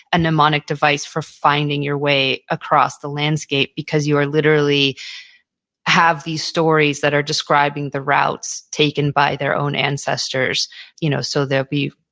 a mnemonic device for finding your way across the landscape because you literally have these stories that are describing the routes taken by their own ancestors you know so they'll be,